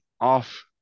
off